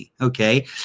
okay